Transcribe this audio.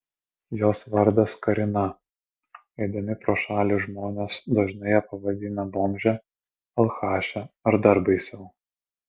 jos vardas karina eidami pro šalį žmonės dažnai ją pavadina bomže alchaše ar dar baisiau